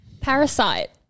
Parasite